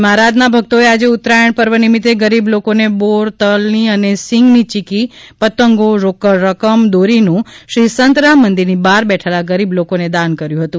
જય મહારાજના ભક્તોએ આજે ઉત્તરાયણ પર્વ નિમિતે ગરીબ લોકોને બોર તલની અને સીંગ નીચીકી પતંગો રોકડ રકમ પતંગ દોરીનું શ્રી સંતરામ મંદિરની બહાર બેઠેલા ગરીબ લોકોને દાન કર્યું હતું